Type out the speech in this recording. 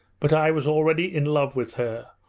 but i was already in love with her,